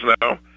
now